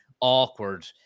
awkward